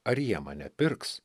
ar jie mane pirks